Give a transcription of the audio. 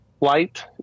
light